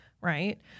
right